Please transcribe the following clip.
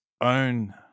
own